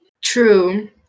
True